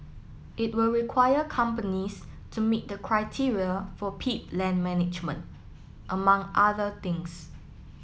it will require companies to meet the criteria for peat land management among other things